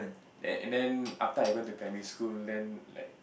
and then after I went to primary then like